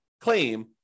claim